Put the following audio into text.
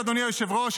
אדוני היושב-ראש,